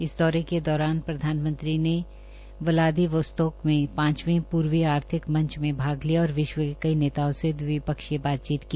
इस दौरे के दौरान प्रधानमंत्री ने ब्लादिवोस्तोक में पांचवे पूर्वी आर्थिक मंच में भाग लिया और विश्व के कई नेताओं से दविपक्षीय बातचीत की